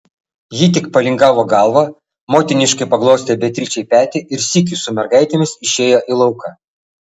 ji tik palingavo galvą motiniškai paglostė beatričei petį ir sykiu su mergaitėmis išėjo į lauką